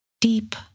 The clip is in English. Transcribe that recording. deep